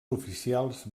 oficials